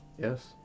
Yes